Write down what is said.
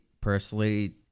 personally